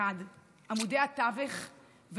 מחד גיסא עמודי התווך והעוגן,